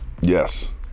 Yes